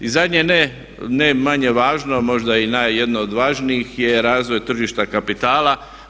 I zadnje ne manje važno, a možda i jedno od važnijih je razvoj tržišta kapitala.